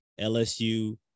LSU